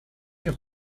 your